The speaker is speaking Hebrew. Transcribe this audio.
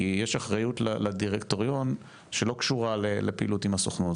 כי יש אחריות לדירקטוריון שלא קשורה לפעילות עם הסוכנות,